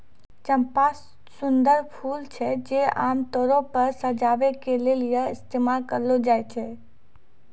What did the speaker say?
चंपा सुंदर फूल छै जे आमतौरो पे सजाबै के लेली इस्तेमाल करलो जाय छै